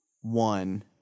one